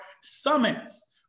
summits